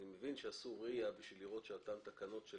אני מבין שעשו רי"א כדי לראות שאותן תקנות של